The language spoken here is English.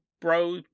bro